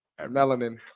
melanin